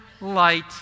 light